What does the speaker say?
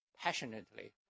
passionately